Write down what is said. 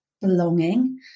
belonging